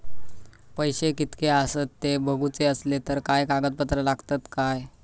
पैशे कीतके आसत ते बघुचे असले तर काय कागद पत्रा लागतात काय?